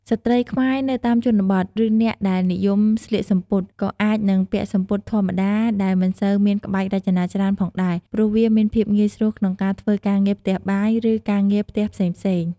ស្ត្រីខ្មែរនៅតាមជនបទ ឬអ្នកដែលនិយមស្លៀកសំពត់ ក៏អាចនឹងពាក់សំពត់ធម្មតាដែលមិនសូវមានក្បាច់រចនាច្រើនផងដែរ ព្រោះវាមានភាពងាយស្រួលក្នុងការធ្វើការងារផ្ទះបាយ ឬការងារផ្ទះផ្សេងៗ។